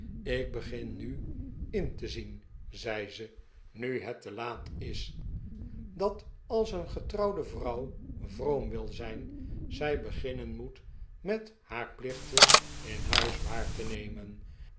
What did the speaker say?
ik begin nu in te zien zei ze nu het te laat is dat als een getrouwde vrouw vroom wil zijn zij beginnen moet met haar plichten in huis waar te nemen